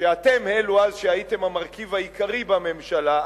כשאתם הייתם אלו שהיו אז המרכיב העיקרי בממשלה,